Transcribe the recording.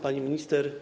Pani Minister!